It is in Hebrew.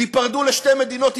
תיפרדו לשתי מדינות,